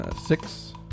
Six